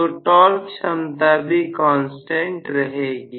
तो टॉर्क क्षमता भी कांस्टेंट रहेगी